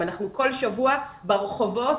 אנחנו כל שבוע ברחובות